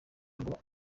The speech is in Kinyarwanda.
ngo